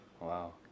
Wow